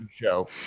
show